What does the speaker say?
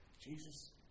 Jesus